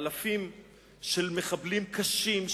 באלפים של מחבלים קשים,